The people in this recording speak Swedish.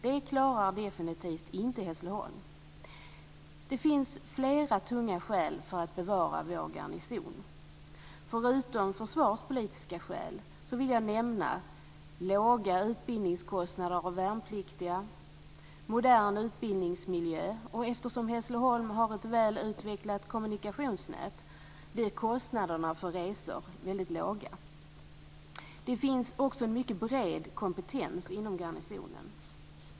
Det klarar definitivt inte Hässleholm. Det finns flera tunga skäl för att bevara vår garnison. Förutom försvarspolitiska skäl vill jag nämna låga utbildningskostnader för värnpliktiga och en modern utbildningsmiljö. Eftersom Hässleholm har ett väl utvecklat kommunikationsnät blir kostnaderna för resor väldigt låga. Vidare finns det en mycket bred kompetens inom garnisonen.